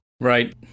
Right